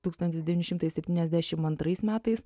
tūkstantis devyni šimtai septyniasdešimt antrais metais